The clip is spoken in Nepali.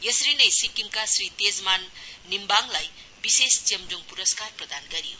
यसरी नै सिक्किमका श्री तेजमान निम्बाङलाई विशेष चेम्जोङ पुरस्कार प्रदान गरियो